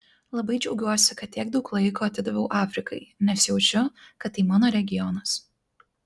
labai džiaugiuosi kad tiek daug laiko atidaviau afrikai nes jaučiu kad tai mano regionas